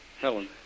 Helen